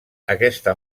aquesta